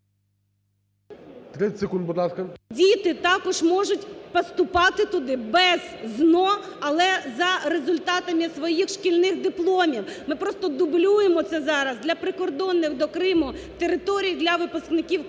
Діти також можуть поступати туди без ЗНО, але за результатами своїх шкільних дипломів. Ми просто дублюємо це зараз для прикордонних до Криму територій, для випускників Криму.